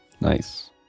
Nice